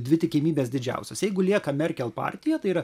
dvi tikimybės didžiausios jeigu lieka merkel partija tai yra